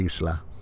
Isla